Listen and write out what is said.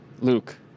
Luke